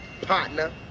partner